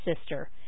sister